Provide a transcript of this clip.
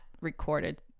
recorded